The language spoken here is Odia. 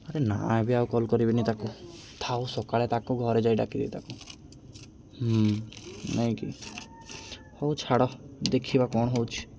ଆରେ ନା ଏବେ ଆଉ କଲ୍ କରିବିନି ତାକୁ ଥାଉ ସକାଳେ ତାକୁ ଘରେ ଯାଇ ଡାକିବି ତାକୁ ନାଇଁକି ହଉ ଛାଡ଼ ଦେଖିବା କ'ଣ ହେଉଛି